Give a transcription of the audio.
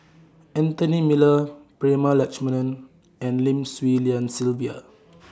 Anthony Miller Prema Letchumanan and Lim Swee Lian Sylvia